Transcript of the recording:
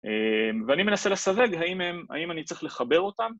ואני מנסה לסווג, האם אני צריך לחבר אותם?